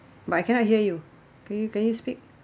but I cannot hear you can you can you speak